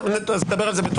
נדבר על זה.